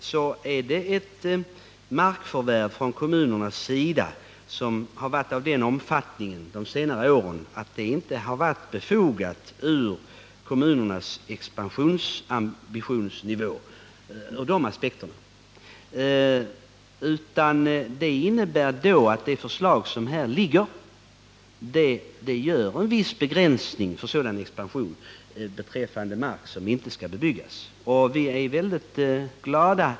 Kommunernas markförvärv har alltså under de senaste åren varit av en större omfattning än vad som varit befogat med hänsyn till expansionen. Det föreliggande förslaget innebär en viss begränsning av expansionen när det gäller mark som inte skall bebyggas.